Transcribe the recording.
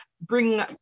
bring